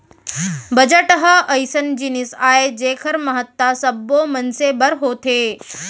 budget ह अइसन जिनिस आय जेखर महत्ता सब्बो मनसे बर होथे